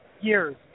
years